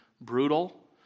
brutal